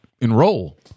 enroll